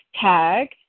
tag